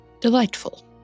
Delightful